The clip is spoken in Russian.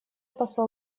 посол